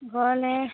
ঘৰলৈ